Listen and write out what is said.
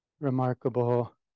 Remarkable